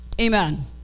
Amen